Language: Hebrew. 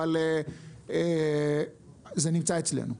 אבל זה נמצא אצלנו.